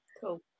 Cool